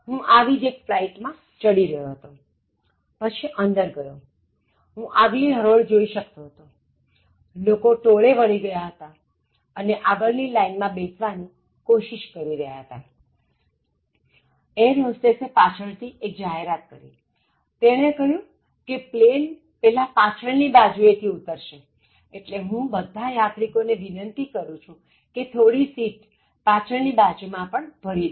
હું આવી જ એક ફ્લાઇટ માં ચડી રહ્યો હતો અને પછી અંદર ગયો હું આગલી હરોળ જોઇ શકતો હતો લોકો ટોળે વળી ગયા હતા અને આગળની લાઇન માં બેસવાની કોશિષ કરી રહ્યા હતા અને એરહોસ્ટેસે પાછળ થી એક જાહેરાત કરીતેણે કહ્યું કે પ્લેન પહેલા પાછળની બાજુએ થી ઉતરશેએટલે હું બધા યાત્રિકો ને વિનંતિ કરું છું કે થોડી સિટ પાછળ ની બાજુમાં પણ ભરી દો